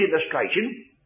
illustration